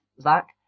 Zach